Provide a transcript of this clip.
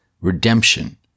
redemption